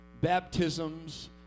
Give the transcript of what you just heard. baptisms